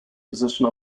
position